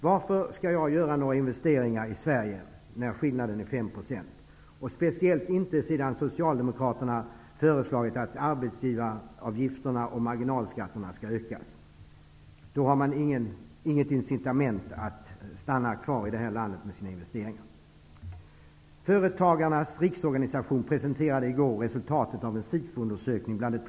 Varför skall jag göra investeringar i Sverige när skillnaden är 5 % och speciellt som Socialdemokraterna föreslagit att arbetsgivaravgifterna och marginalskatterna skall höjas? Då har man inget incitament att stanna kvar i landet med sina investeringar. medlemmarna.